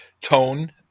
tone